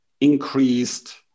increased